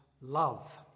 love